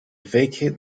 vacate